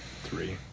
three